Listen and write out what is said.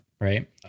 Right